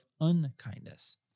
unkindness